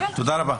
תודה רבה.